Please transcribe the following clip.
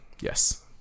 Yes